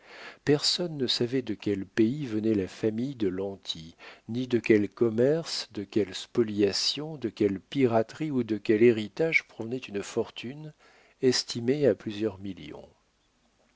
personne ne savait de quel pays venait la famille de lanty ni de quel commerce de quelle spoliation de quelle piraterie ou de quel héritage provenait une fortune estimée à plusieurs millions